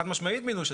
חד משמעית.